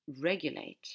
regulate